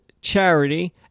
charity